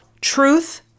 truth